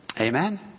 Amen